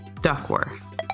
duckworth